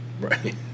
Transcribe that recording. Right